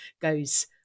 goes